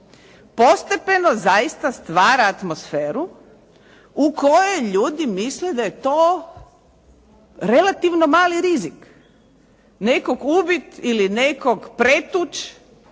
postepeno zaista stvara atmosferu u kojoj ljudi misle da je to relativni mali rizik. Nekog ubiti ili nekog pretući